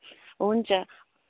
हुन्छ